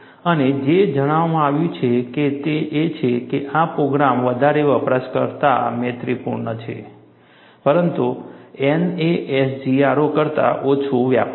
અને જે જણાવવામાં આવ્યું છે તે એ છે કે આ પ્રોગ્રામ વધારે વપરાશકર્તા મૈત્રીપૂર્ણ છે પરંતુ NASGRO કરતા ઓછા વ્યાપક છે